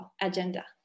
agenda